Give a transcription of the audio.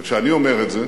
וכשאני אומר את זה,